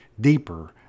deeper